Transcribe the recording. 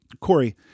Corey